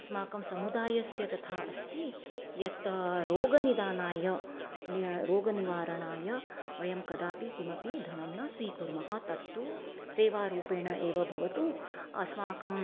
अस्माकं समुदायस्य तथा अस्ति यत् रोगनिदानाय नी रोगनिवारणाय वयं कदापि किमपि धनं न स्वीकुर्मः तत्तु सेवारूपेण एव भवतु अस्माकम्